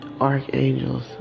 archangels